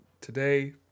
today